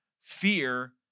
fear